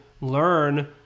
learn